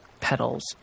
petals